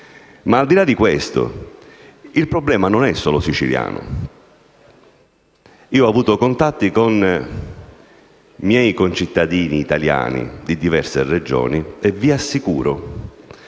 Al di là di questo, il problema non è solo siciliano. Ho avuto contatti con miei connazionali di diverse Regioni e vi assicuro